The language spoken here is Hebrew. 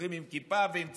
שהולכים עם כיפה ועם ציצית,